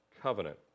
covenant